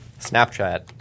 Snapchat